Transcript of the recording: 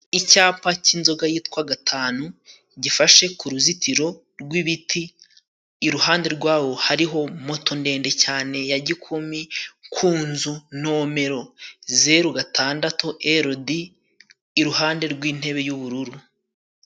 Icyapa cy'inzoga yitwa gatanu gifashe ku ruzitiro rw'biti, iruhande rwawo hariho moto ndende cyane ya gikumi, ku nzu nomero zeru gatandatu erodi, iruhande rw' intebe y'ubururu.